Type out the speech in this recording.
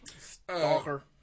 Stalker